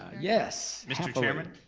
yes. mr. chairman?